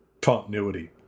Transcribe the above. continuity